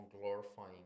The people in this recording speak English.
glorifying